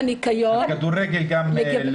על כדורגל גם לנוער.